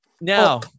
Now